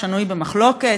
שנוי במחלוקת,